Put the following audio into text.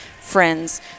friends